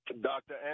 Dr